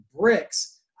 bricks